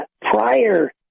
prior